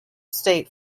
state